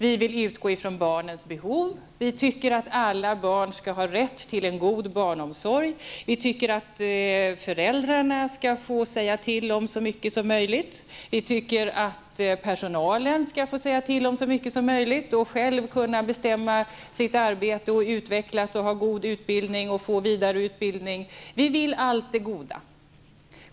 Vi vill utgå från barnens behov, vi tycker att alla barn skall ha rätt till en god barnomsorg, att föräldrarna skall få säga till om så mycket som möjligt, att också personalen skall få göra det och själv få bestämma över sitt arbete, kunna utvecklas i det och ges en god utbildning samt få vidareutbildning. Vi vill allesammans allt detta goda.